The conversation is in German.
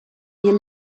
ihr